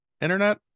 internet